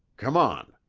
come on.